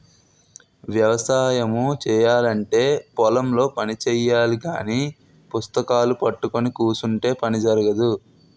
వ్యవసాయము చేయాలంటే పొలం లో పని చెయ్యాలగాని పుస్తకాలూ పట్టుకొని కుసుంటే పని జరగదు